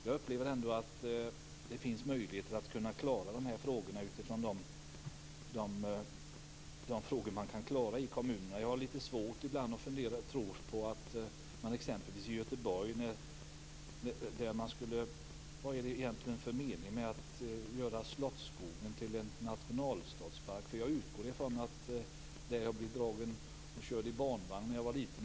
Jag tycker att vi här ibland fattar beslut om saker som redan nu kan genomföras. Jag upplever att det går att klara dessa frågor utifrån de möjligheter som kommunerna har. Jag har t.ex. svårt att förstå vad det är för mening med att göra Slottsskogen i Göteborg till en nationalstadspark. Där blev jag körd i barnvagn av min mor när jag var liten.